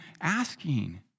asking